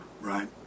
right